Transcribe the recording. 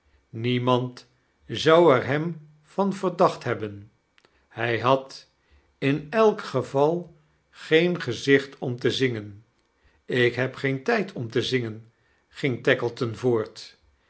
niemand zou er hem van verdacht hebben hij had in elk geval geen geaichit om te zingen ik heb geen tijd om te zingen ging tackleton voort